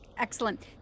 excellent